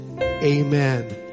Amen